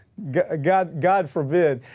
yeah god, god forbid.